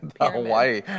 Hawaii